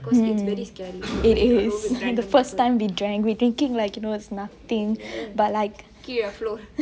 mm it is like the first time we drank we thinking like you know it's nothing but like